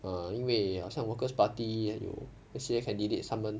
err 因为好像 workers' party 也有那些 candidates 他们